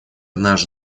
наш